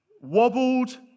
wobbled